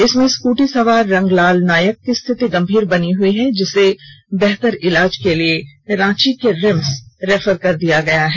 इनमें स्कूटी सवार रंगलाल नायक की स्थिति गंभीर बनी हुई है जिसे बेहतर ईलाज के लिए रांची रिम्स रेफर किया गया है